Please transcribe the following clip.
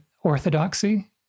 orthodoxy